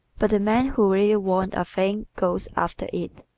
but the man who really wants a thing goes after it,